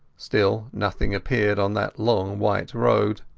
still nothing appeared on that long white road.